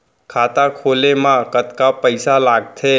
खाता खोले मा कतका पइसा लागथे?